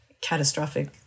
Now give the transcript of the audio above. catastrophic